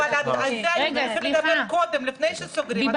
אבל על זה הייתם צריכים לדבר קודם לפני שסוגרים.